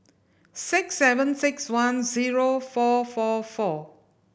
six seven six one zero four four four